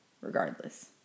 regardless